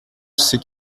ces